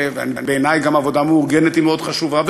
וגם בעיני עבודה מאורגנת היא מאוד חשובה,